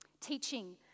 Teaching